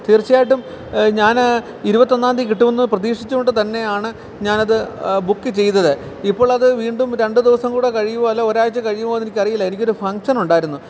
തീർച്ചയായിട്ടും ഞാൻ ഇരുപത്തി ഒന്നാം തീയ്യതി കിട്ടുമെന്ന് പ്രതീക്ഷിച്ചു കൊണ്ട് തന്നെയാണ് ഞാൻ അത് ബുക്ക് ചെയ്തത് ഇപ്പോൾ അത് വീണ്ടും രണ്ട് ദിവസം കൂടെ കഴിയുമോ അല്ലേൽ ഒരു ആഴ്ച്ച കഴിയുമോ എന്നെനിക്ക് അറിയില്ല എനിക്ക് ഒരു ഫങ്ഷൻ ഉണ്ടായിരുന്നു